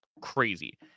crazy